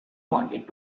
wanted